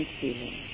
feeling